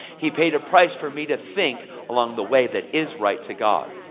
he paid a price for me to think along the way that is right to god.